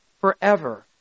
forever